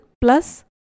plus